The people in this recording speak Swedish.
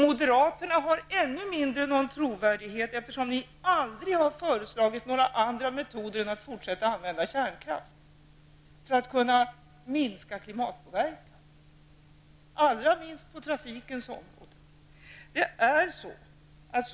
Moderaterna är ännu mindre trovärdiga, eftersom de aldrig har föreslagit några andra metoder än att vi skall fortsätta att använda kärnkraften för att minska klimatpåverkan. Allra minst har man lagt fram några förslag på trafikområdet.